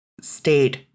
state